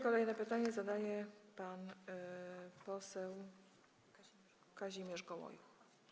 Kolejne pytanie zadaje pan poseł Kazimierz Gołojuch.